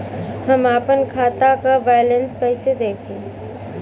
हम आपन खाता क बैलेंस कईसे देखी?